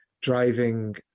driving